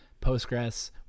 Postgres